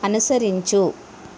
అనుసరించు